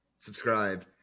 Subscribe